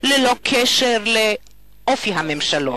ללא קשר לאופי הממשלות.